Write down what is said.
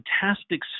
fantastic